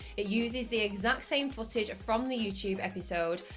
it uses the exact same footage from the youtube episode,